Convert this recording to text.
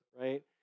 right